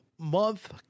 month